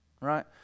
right